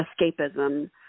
escapism